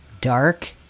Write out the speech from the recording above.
dark